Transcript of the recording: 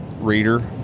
reader